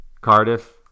Cardiff